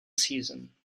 season